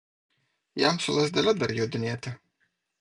jam su lazdele dar jodinėti